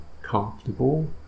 Comfortable